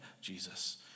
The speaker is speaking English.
Jesus